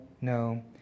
no